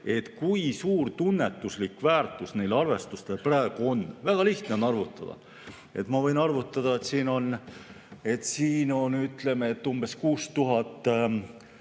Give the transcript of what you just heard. kui suur tunnetuslik väärtus neil arvestustel praegu on. Väga lihtne on arvutada. Ma võin arvutada, ütleme, et umbes 6000